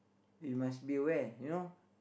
you must be aware you know